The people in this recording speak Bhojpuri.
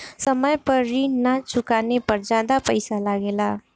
समय पर ऋण ना चुकाने पर ज्यादा पईसा लगेला?